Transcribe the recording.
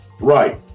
right